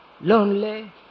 lonely